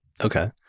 Okay